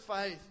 faith